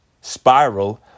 spiral